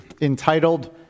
entitled